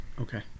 Okay